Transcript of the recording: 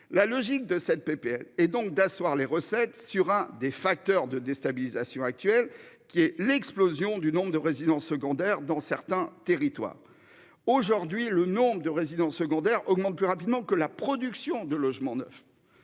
La logique de cette PPL et donc d'asseoir les recettes sur un des facteurs de déstabilisation actuel qui est l'explosion du nombre de résidences secondaires dans certains territoires. Aujourd'hui, le nombre de résidences secondaires, augmentent plus rapidement que la production de logements neufs